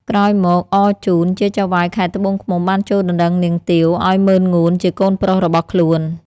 ក្រោយមកអរជូនជាចៅហ្វាយខេត្តត្បូងឃ្មុំបានចួលដណ្តឹងនាងទាវ ឲ្យម៉ឺនងួនជាកូនប្រុសរបស់ខ្លួន ។